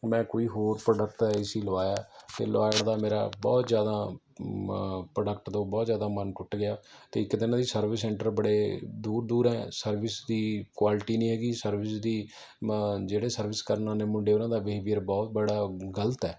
ਮੈਂ ਕੋਈ ਹੋਰ ਪ੍ਰੋਡਕਟ ਦਾ ਏ ਸੀ ਲਵਾਇਆ ਅਤੇ ਲੋਇਡ ਦਾ ਮੇਰਾ ਬਹੁਤ ਜ਼ਿਆਦਾ ਪ੍ਰੋਡਕਟ ਤੋਂ ਬਹੁਤ ਜ਼ਿਆਦਾ ਮਨ ਟੁੱਟ ਗਿਆ ਅਤੇ ਇੱਕ ਤਾਂ ਇਹਨਾਂ ਦੇ ਸਰਵਿਸ ਸੈਂਟਰ ਬੜੇ ਦੂਰ ਦੂਰ ਹੈ ਸਰਵਿਸ ਦੀ ਕੁਆਲਿਟੀ ਨਹੀਂ ਹੈਗੀ ਸਰਵਿਸ ਦੀ ਜਿਹੜੇ ਸਰਵਿਸ ਕਰਨ ਆਉਂਦੇ ਮੁੰਡੇ ਉਹਨਾਂ ਦਾ ਬਿਹੇਵੀਅਰ ਬਹੁਤ ਬੜਾ ਗਲਤ ਹੈ